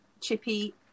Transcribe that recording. Chippy